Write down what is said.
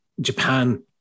Japan